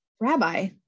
Rabbi